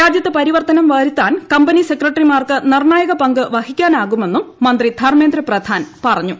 രാജ്യത്ത് പരിവർത്തനം വരുത്താൻ കമ്പനി സെക്രട്ടറിമാർക്ക് നിർണ്ണായക പങ്ക് വഹിക്കാനാകുമെന്നും മന്ത്രി ധർമ്മേന്ദ്ര പ്രധാൻ പറഞ്ഞു